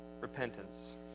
Repentance